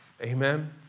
Amen